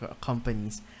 companies